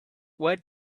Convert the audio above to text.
were